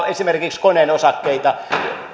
esimerkiksi koneen osakkeita